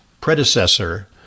predecessor